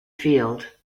field